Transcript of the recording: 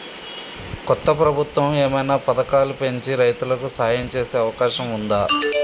కొత్త ప్రభుత్వం ఏమైనా పథకాలు పెంచి రైతులకు సాయం చేసే అవకాశం ఉందా?